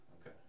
Okay